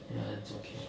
ya it's okay